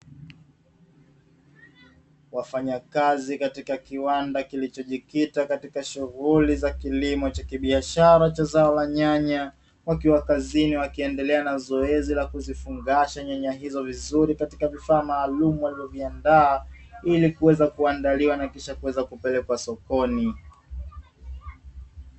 Wafanyakazi walio katika kiwanda kilichojikita katika shughuli za kilimo cha kibiashara cha zao la nyanya, wakiwa kazini wakiendelea na zoezi la kuzifungasha nyanya hizo vizuri katika vifaa maalumu walivyoviandaa, ili kuweza kuandaliwa na kisha kuweza kupelekwa sokoni.